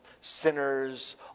sinners